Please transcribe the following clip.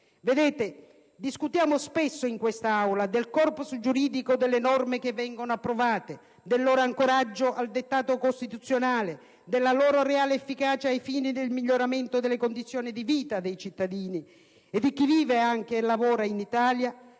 Vedete, discutiamo spesso in quest'Aula del *corpus* giuridico delle norme che vengono approvate, del loro ancoraggio al dettato costituzionale, della loro reale efficacia ai fini del miglioramento delle condizioni di vita dei cittadini italiani e di chi vive e lavora in Italia;